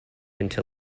until